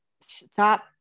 stop